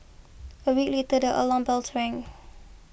a week later the alarm bells rang